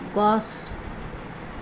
গছ